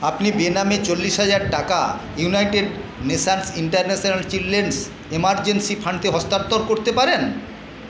আপনি বেনামে চল্লিশ হাজার টাকা United Nations International Children's Emergency ফান্ডতে হস্তান্তর করতে পারেন